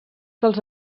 dels